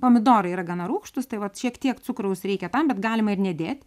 pomidorai yra gana rūgštūs tai vat šiek tiek cukraus reikia tam bet galima ir nedėt